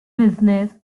business